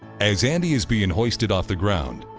as andy is being hoisted off the ground,